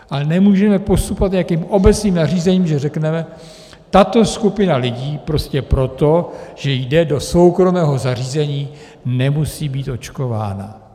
Ale nemůžeme postupovat nějakým obecným nařízením, že řekneme, tato skupina lidí prostě proto, že jde do soukromého zařízení, nemusí být očkována.